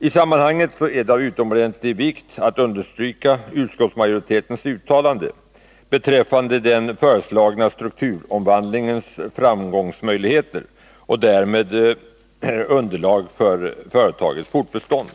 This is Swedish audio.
I sammanhanget är det utomordentligt viktigt att understryka utskottsmajoritetens uttalande beträffande den föreslagna strukturomvandlingens framgångsmöjligheter och därmed underlaget för företagets fortbestånd.